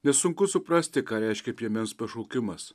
nesunku suprasti ką reiškia piemens pašaukimas